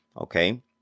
Okay